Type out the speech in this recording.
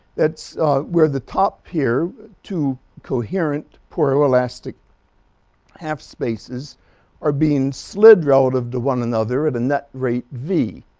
that's where the top here two coherent poroelastic half-spaces are being slid relative to one another at a net rate v.